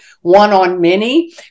one-on-many